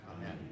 Amen